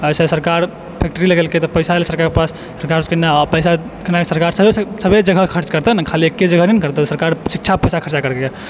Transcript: तऽ सऽ सरकार फेक्ट्री लेगेलकै तऽ पैसा एलै सरकारके पास सरकार कहलकै नहि अब पैसा सभे जगह खर्च करतै ने खाली एके जगह नहि ने करतै सरकार तऽ शिक्षा पर पैसा खर्च करलकै यऽ